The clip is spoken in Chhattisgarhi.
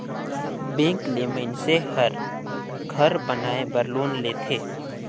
बेंक ले मइनसे हर घर बनाए बर लोन लेथे